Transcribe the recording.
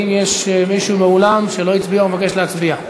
האם יש מישהו באולם שלא הצביע ומבקש להצביע?